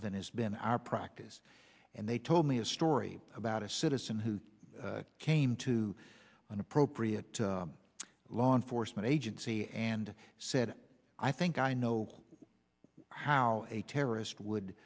than has been our practice and they told me a story about a citizen who came to an appropriate law enforcement agency and said i think i know how a terrorist would